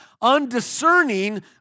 undiscerning